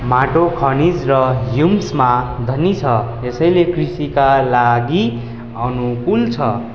माटो खनिज र ह्युम्समा धनी छ यसैले कृषिका लागि अनुकूल छ